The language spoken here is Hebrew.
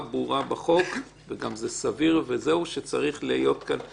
ברורה בחוק וזה גם סביר שצריך להיות כאן מחקר,